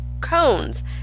cones